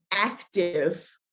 active